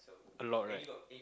a lot right